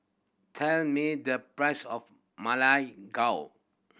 tell me the price of Ma Lai Gao